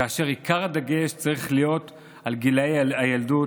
כאשר עיקר הדגש צריך להיות על גיל הילדות,